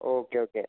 okay okay